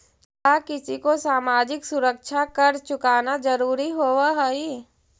का किसी को सामाजिक सुरक्षा कर चुकाना जरूरी होवअ हई